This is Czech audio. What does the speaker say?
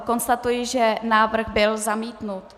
Konstatuji, že návrh byl zamítnut.